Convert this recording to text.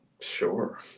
Sure